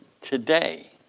today